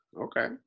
okay